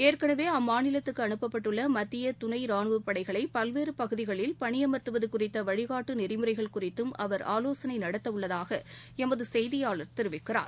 ஏற்கனவே அம்மாநிலத்துக்கு அனுப்பப்பட்டள்ளமத்தியதுணைரானுவப் படைகளைபல்வேறுபகுதிகளில் பணியமா்த்துவதுகுறித்தவழிகாட்டுநெறிமுறைகள் குறித்தம் அவர் ஆலோசனைநடத்தஉள்ளதாகஎமதுசெய்தியாளர் தெரிவிக்கிறார்